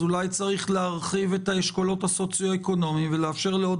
אולי צריך להרחיב את האשכולות ולאפשר לעוד